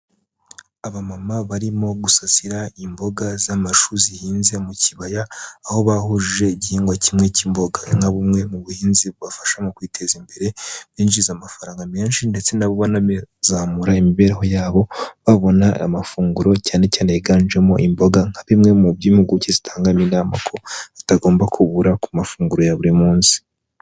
Abamama barimo gusasira imboga z'amashuri zihinze mu kibaya aho bahuje igihingwa kimwe cy'imboga nka bumwe mu buhinzi bubafasha mu kwiteza imbere binjiza amafaranga menshi ndetse n'bo banazamura imibereho yabo babona amafunguro cyane cyane yiganjemo imboga nka bimwe mu by'impuguke zitangamin inama ko zitagomba kubura ku mafunguro ya buri munsi.